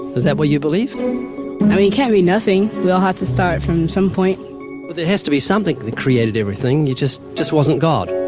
is that what you believe? i mean, it can't be nothing. we all have to start from some point. but there has to be something that created everything. it just just wasn't god.